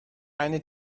eine